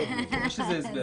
יש לזה הסבר.